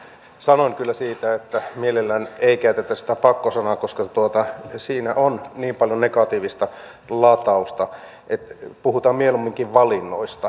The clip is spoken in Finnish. sanoin kyllä siitä että mielellään ei käytetä sitä pakko sanaa koska siinä on niin paljon negatiivista latausta puhutaan mieluumminkin valinnoista